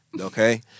Okay